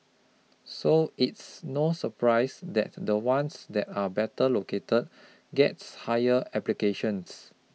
so it's no surprise that the ones that are better located gets higher applications